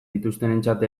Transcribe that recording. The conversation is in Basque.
dituztenentzat